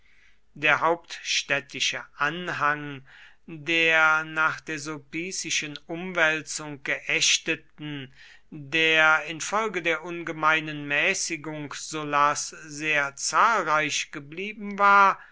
der hauptstädtische anhang der nach der sulpicischen umwälzung geächteten der infolge der ungemeinen mäßigung sullas sehr zahlreich geblieben war